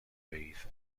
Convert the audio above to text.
ways